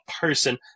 person